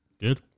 good